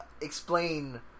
explain